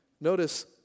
notice